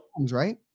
right